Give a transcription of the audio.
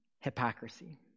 hypocrisy